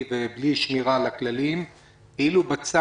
איילת,